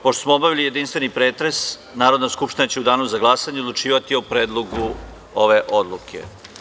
Pošto smo obavili jedinstveni pretres, Narodna skupština će u Danu za glasanje odlučivati o Predlogu odluke.